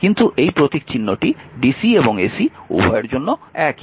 কিন্তু এই প্রতীকচিহ্নটি ডিসি এবং এসি উভয়ের জন্যই একই